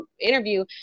interview